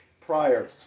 prior